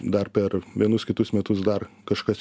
dar per vienus kitus metus dar kažkas